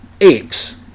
apes